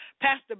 Pastor